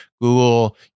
Google